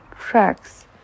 tracks